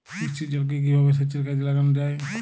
বৃষ্টির জলকে কিভাবে সেচের কাজে লাগানো যায়?